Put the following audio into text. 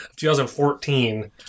2014